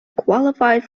qualified